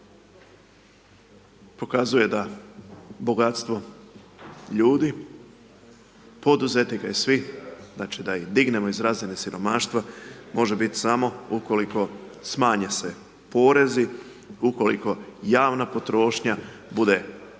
Pokazuje da bogatstvo ljudi, poduzetnika i svih, znači, da ih dignemo iz razine siromaštva, može biti samo ukoliko smanje se porezi, ukoliko javna potrošnja bude racionalna,